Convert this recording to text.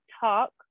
talk